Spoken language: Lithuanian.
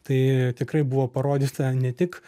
tai tikrai buvo parodyta ne tik